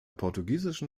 portugiesischen